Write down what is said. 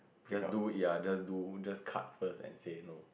just do ya just do just cut first and say no